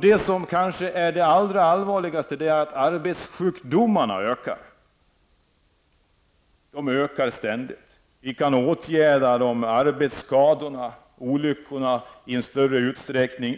sätts in. Det allvarliga är nog att arbetssjukdomarna ständigt ökar. Vi kan ta till åtgärder när det gäller arbetsskador och olyckor i större utsträckning.